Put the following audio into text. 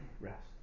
rest